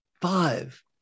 five